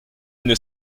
une